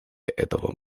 этого